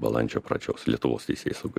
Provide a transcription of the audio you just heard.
balandžio pradžios lietuvos teisėsaugai